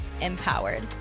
empowered